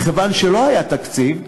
מכיוון שלא היה תקציב,